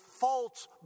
false